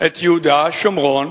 את יהודה, שומרון,